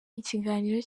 ikiganiro